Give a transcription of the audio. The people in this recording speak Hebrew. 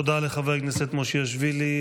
תודה לחבר הכנסת מושיאשוילי.